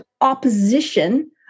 opposition